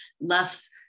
less